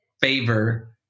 favor